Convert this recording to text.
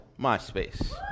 MySpace